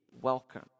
welcome